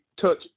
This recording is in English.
touch